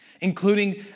including